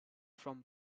from